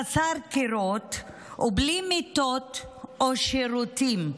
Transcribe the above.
חסר קירות ובלי מיטות או שירותים,